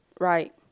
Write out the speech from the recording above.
Right